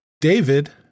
David